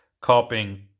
copying